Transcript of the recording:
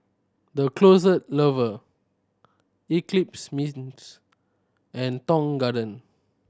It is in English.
The Closet Lover Eclipse Mints and Tong Garden